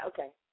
Okay